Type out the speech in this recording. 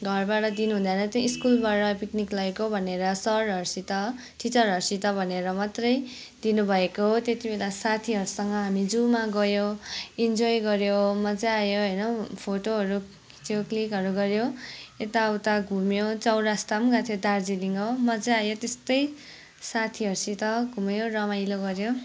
घरबाट दिनुहुँदैन थियो स्कुलबाट पिक्निक लगेको भनेर सरहरूसित टिचरहरूसित भनेर मात्रै दिनुभएको हो त्यति बेला साथीहरूसँग हामी जुमा गयौँ इन्जोय गर्यौँ मजा आयो होइन फोटोहरू खिच्यौँ क्लिकहरू गर्यौँ यताउता घुम्यौँ चौरास्ता पनि गएको थियौँ दार्जिलिङ हो मजा आयो त्यस्तै साथीहरूसित घुम्यौँ रमाइलो गर्यौँ